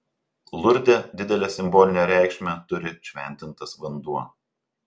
lurde didelę simbolinę reikšmę turi šventintas vanduo